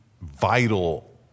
vital